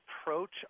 approach